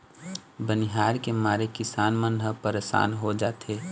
बनिहार के मारे किसान मन ह परसान हो जाथें